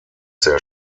sehr